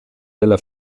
della